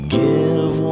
give